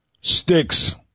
sticks